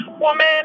woman